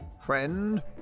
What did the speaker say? Friend